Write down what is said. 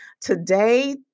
Today